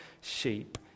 sheep